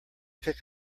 pick